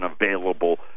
available